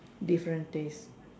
different taste